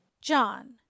John